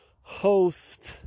host